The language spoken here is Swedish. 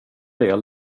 del